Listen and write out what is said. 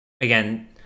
Again